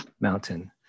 Mountain